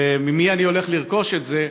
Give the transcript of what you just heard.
ממי אני הולך לרכוש את זה?